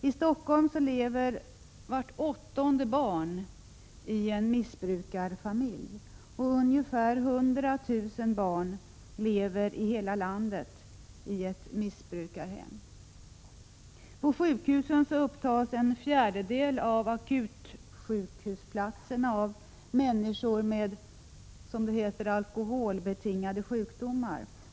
I Stockholm lever vart åttonde barn i en missbrukarfamilj, och i hela landet lever ungefär 100 000 barn i missbrukarhem. På sjukhusen upptas en fjärdedel av akutsjukhusplatserna av människor med ”alkoholbetingade sjukdomar”.